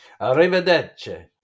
Arrivederci